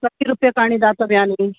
कति रुप्यकाणि दातव्यानि